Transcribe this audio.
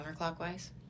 counterclockwise